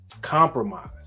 compromise